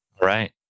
Right